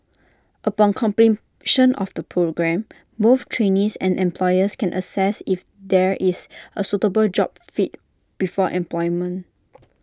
upon completion of the programme both trainees and employers can assess if there is A suitable job fit before employment